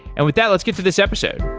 and with that, let's get to this episode.